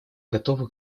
готова